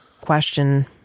question